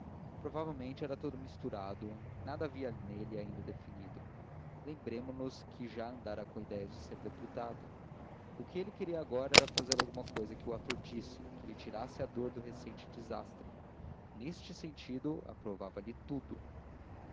provavelmente era tudo misturado nada havia nele ainda definido lembramo-nos que já andara com idéias de ser deputado o que ele queria agora era fazer alguma cousa que o aturdisse que lhe tirasse a dor do recente desastre neste sentido aprovava lhe tudo